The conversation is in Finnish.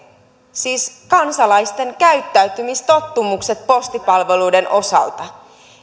siis kansalaisten käyttäytymistottumukset postipalveluiden osalta